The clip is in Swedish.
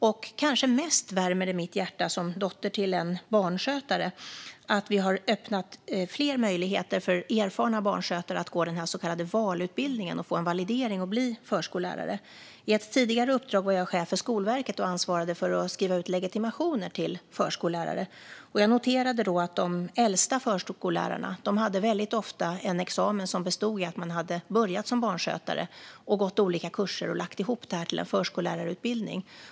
Och kanske mest värmer det mitt hjärta som dotter till en barnskötare att vi har öppnat fler möjligheter för erfarna barnskötare att gå den så kallade VAL-utbildningen för att få en validering och bli förskollärare. I ett tidigare uppdrag var jag chef för Skolverket och ansvarade för att skriva ut legitimationer till förskollärare. Jag noterade då att de äldsta förskollärarna väldigt ofta hade en examen som bestod i att de hade börjat som barnskötare, sedan gått olika kurser och lagt ihop detta till en förskollärarutbildning.